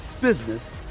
business